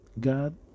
God